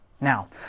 Now